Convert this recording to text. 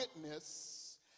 witness